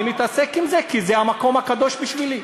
אני מתעסק עם זה כי זה המקום הקדוש בשבילי.